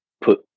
put